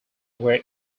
were